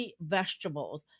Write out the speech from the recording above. vegetables